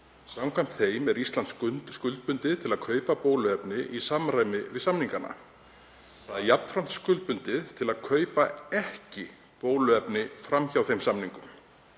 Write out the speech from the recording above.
Samkvæmt þeim er Ísland skuldbundið til að kaupa bóluefni í samræmi við samningana. Það er jafnframt skuldbundið til að kaupa ekki bóluefni fram hjá þeim samningum.